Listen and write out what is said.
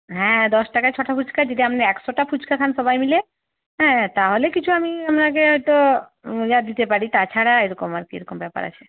হ্যাঁ দশ টাকায় ছটা ফুচকা যদি আপনি একশোটা ফুচকা খান সবাই মিলে হ্যাঁ তাহলে কিছু আমি আপনাকে হয়তো যা দিতে পারি তাছাড়া এরকম আর কি এরকম ব্যাপার আছে